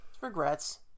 regrets